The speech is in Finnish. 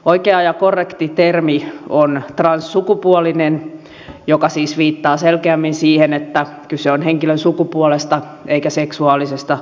oikea ja korrekti termi on transsukupuolinen joka siis viittaa selkeämmin siihen että kyse on henkilön sukupuolesta eikä seksuaalisesta suuntautumisesta